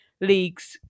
leagues